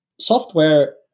software